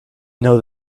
know